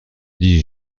dis